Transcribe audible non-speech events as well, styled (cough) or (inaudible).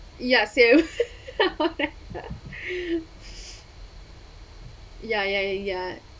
ya same (laughs) ya ya ya ya